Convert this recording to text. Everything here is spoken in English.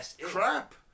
crap